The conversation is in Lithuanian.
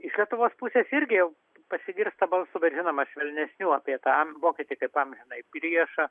iš lietuvos pusės irgi pasigirsta balsų bet žinoma švelnesnių apie tą vokietį kaip amžinąjį priešą